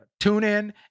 TuneIn